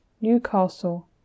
Newcastle